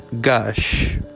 Gush